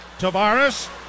Tavares